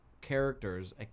characters